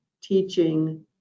teaching